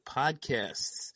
podcasts